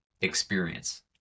experience